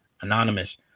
anonymous